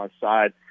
side